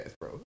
bro